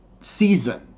season